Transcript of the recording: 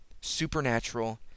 supernatural